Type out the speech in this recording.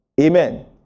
Amen